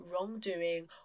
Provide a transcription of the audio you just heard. wrongdoing